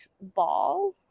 ball